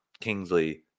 Kingsley